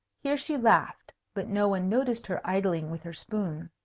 here she laughed, but no one noticed her idling with her spoon.